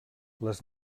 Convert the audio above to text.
les